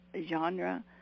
genre